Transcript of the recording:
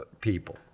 people